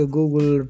Google